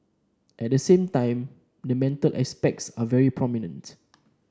at the same time the mental aspects are very prominent